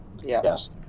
Yes